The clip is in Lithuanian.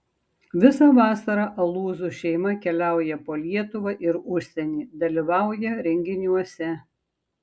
visą vasarą alūzų šeima keliauja po lietuvą ir užsienį dalyvauja renginiuose